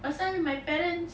pasal my parents